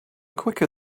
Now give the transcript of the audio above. quicker